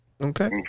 okay